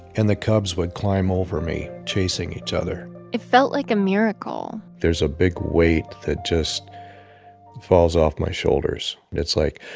and the cubs would climb over me chasing each other it felt like a miracle there's a big weight that just falls off my shoulders, and it's like